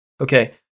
Okay